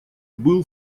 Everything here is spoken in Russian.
был